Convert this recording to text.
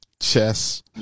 chess